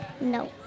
No